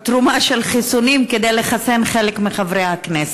ליצמן לעלות לדוכן כדי להשיב על שאילתה דחופה שמספרה 133 מאת חברת הכנסת